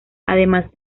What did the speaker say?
además